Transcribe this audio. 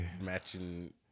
matching